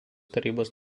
tarybos